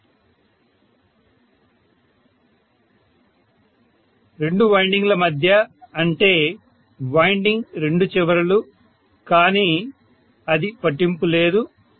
professor రెండు వైండింగ్ల మధ్య అంటే వైండింగ్ రెండు చివరలు కానీ అది పట్టింపు లేదు